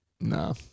No